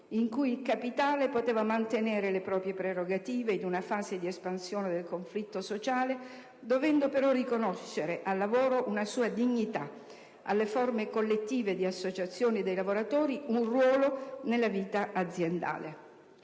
in cui il capitale poteva mantenere le proprie prerogative in una fase di espansione del conflitto sociale, dovendo però riconoscere al lavoro una sua dignità, alla forme collettive di associazione dei lavoratori un ruolo nella vita aziendale.